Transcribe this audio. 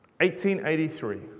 1883